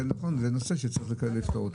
זה נכון, זה דבר שצריך לפתור אותו.